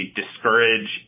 discourage